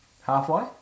Halfway